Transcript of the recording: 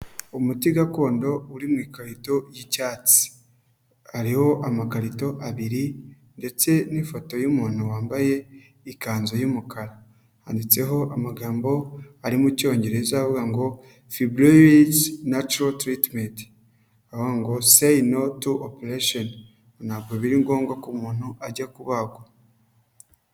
Umuti gakondo uri mu ikarito y'icyatsi. Hariho amakarito abiri ndetse n'ifoto y'umuntu wambaye ikanzu y'umukara, handitseho amagambo ari mu cyongereza avuga ngo fibureriti nacuro tiritimenti ngo seyi no tu operesheni ntabwo biri ngombwa ko umuntu ajya kubagwa.